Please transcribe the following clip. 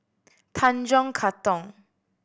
Tanjong Katong